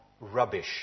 rubbish